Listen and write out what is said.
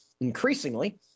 Increasingly